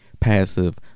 passive